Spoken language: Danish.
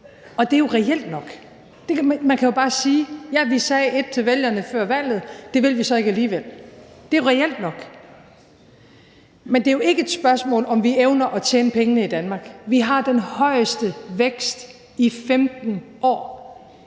og det er jo reelt nok. Man kan jo bare sige: Ja, vi sagde ét til vælgerne før valget, men det vil vi så ikke alligevel. Det er jo reelt nok. Men det er jo ikke et spørgsmål, om vi evner at tjene pengene i Danmark. Vi har den højeste vækst i 15 år.